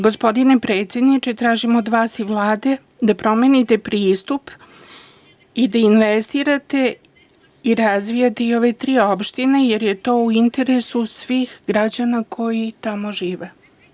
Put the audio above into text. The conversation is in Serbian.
Gospodine predsedniče, tražim od vas i Vlade da promenite pristup i da investirate i razvijate i ove tri opštine, jer je to u interesu svih građana koji tamo žive.